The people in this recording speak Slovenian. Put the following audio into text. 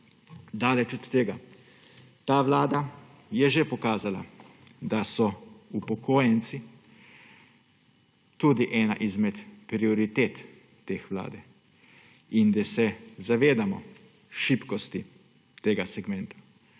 Daleč od tega. Ta vlada je že pokazala, da so upokojenci tudi ena izmed prioritet te vlade in da se zavedamo šibkosti tega segmenta.